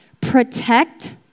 protect